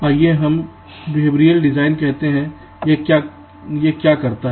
संदर्भ समय २३०४ आइए हम behavioral design कहते हैं यह क्या करता है